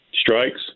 Strikes